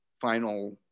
final